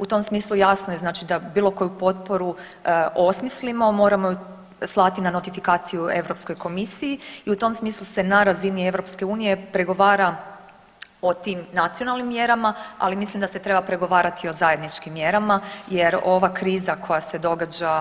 U tom smislu jasno je, znači da bilo koju potporu osmislimo moramo je slati na notifikaciju Europskoj komisiji i u tom smislu se na razini EU pregovara o tim nacionalnim mjerama, ali mislim da se treba pregovarati o zajedničkim mjerama jer ova kriza koja se događa